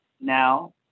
Now